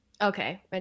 Okay